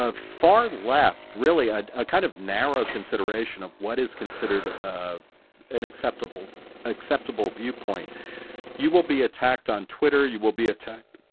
far left really a kind of narrow consideration of what is considered. ah an acceptable acceptable viewpoint you will be attacked on twitter. you will be attacked, ah,